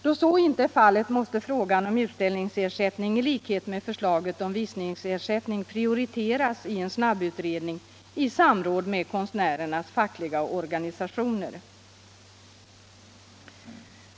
Då så inte är fallet måste frågan om utställningsersättning i likhet med förslaget om visningsersättning prioriteras i en snabbutredning i samråd med konstnärernas fackliga organisationer.